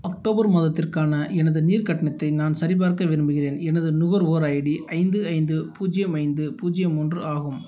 October மாதத்திற்கான எனது நீர் கட்டணத்தை நான் சரிபார்க்க விரும்புகிறேன் எனது நுகர்வோர் ஐடி ஐந்து ஐந்து பூஜ்ஜியம் ஐந்து பூஜ்ஜியம் மூன்று ஆகும்